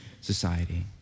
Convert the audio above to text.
society